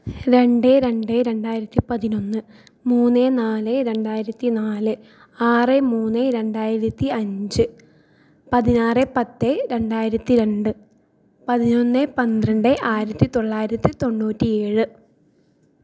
രണ്ട് രണ്ട് രണ്ടായിരത്തി പതിനൊന്ന് മൂന്ന് നാല് രണ്ടായിരത്തി നാല് ആറ് മൂന്ന് രണ്ടായിരത്തി അഞ്ച് പതിനാറ് പത്ത് രണ്ടായിരത്തി രണ്ട് പതിനൊന്ന് പന്ത്രണ്ട് ആയിരത്തി തൊള്ളായിരത്തി തൊണ്ണൂറ്റി ഏഴ്